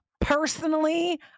Personally